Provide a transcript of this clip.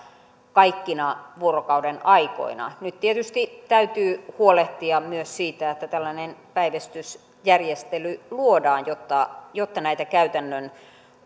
kaikkina vuorokaudenaikoina nyt tietysti täytyy huolehtia myös siitä että tällainen päivystysjärjestely luodaan jotta jotta näitä käytännön